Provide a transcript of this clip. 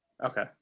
Okay